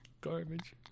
garbage